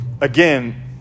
again